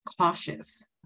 cautious